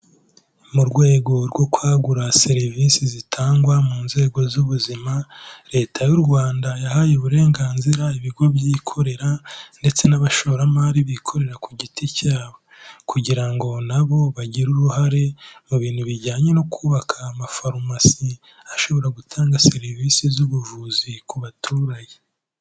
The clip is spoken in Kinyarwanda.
Mu rwego rwo kwagura serivisi zitangwa mu nzego z'ubuzima, Leta y'u Rwanda yahaye uburenganzira ibigo byikorera ndetse n'abashoramari bikorera ku giti cyabo kugira ngo na bo bagire uruhare mu bintu bijyanye no kubaka amafarumasi ashobora gutanga serivisi z'ubuvuzi ku baturage.